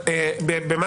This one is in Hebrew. ובזה הוא צודק.